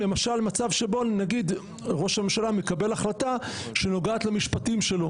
למשל מצב שבו נגיד ראש הממשלה מקבל החלטה שנוגעת למשפטים שלו